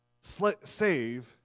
save